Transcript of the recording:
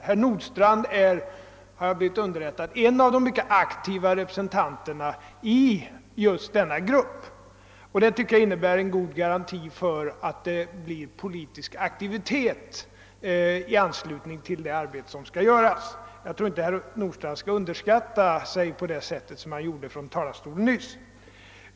Och herr Nordstrandh är, har jag blivit underrättad om, en av de mycket aktiva representanterna i denna grupp. Det tycker jag innebär en god garanti för att det blir politisk aktivitet i anslutning till det arbete som skall utföras. Jag tror inte att herr Nordstrandh skall underskatta sig själv på det sätt som han gjorde från talarstolen nyss.